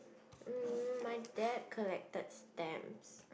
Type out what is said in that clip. mm my dad collected stamps